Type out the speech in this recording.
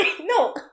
no